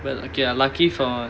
well okay ah luckily for